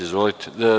Izvolite.